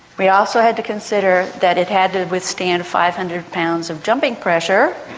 we also had to consider that it had to withstand five hundred pounds of jumping pressure,